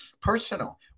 personal